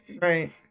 Right